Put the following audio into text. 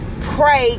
pray